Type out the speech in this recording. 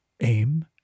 aim